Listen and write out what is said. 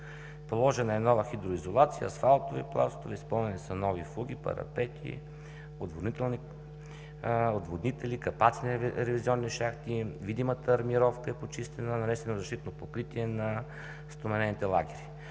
Положена е нова хидроизолация, асфалтови пластове, изпълнени са нови фуги, парапети, отводители, капаци на ревизионни шахти, видимата маркировка е почистена, нанесено е защитно покритие на стоманените лагери.